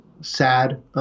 sad